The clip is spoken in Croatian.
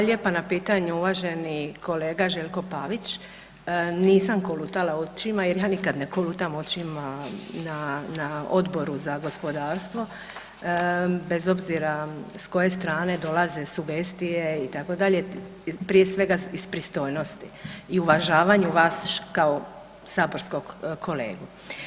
Hvala lijepa na pitanju uvaženi kolega Željko Pavić, nisam kolutala očima jer ja nikada ne kolutam očima na, na Odboru za gospodarstvo bez obzira s koje strane dolaze sugestije itd., prije svega iz pristojnosti i uvažavanju vas kao saborskog kolegu.